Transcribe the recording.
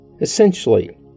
Essentially